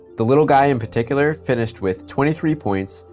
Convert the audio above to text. the little guy in particular finished with twenty three points,